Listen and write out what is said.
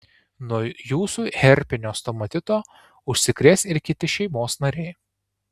nuo jūsų herpinio stomatito užsikrės ir kiti šeimos nariai